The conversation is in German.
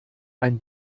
ein